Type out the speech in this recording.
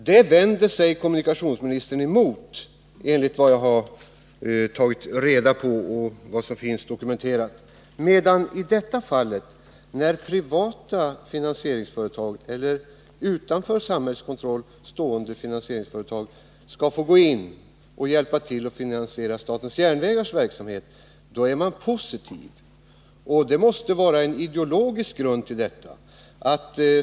Detta vänder sig kommunikationsministern emot, enligt vad jag har tagit reda på och enligt vad som finns dokumenterat. Däremot är han positiv till att privata finansieringsföretag, alltså utanför samhällets kontroll stående finansieringsföretag, får hjälpa till att finansiera SJ:s verksamhet. Det måste finnas en ideologisk grund för detta.